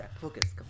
focus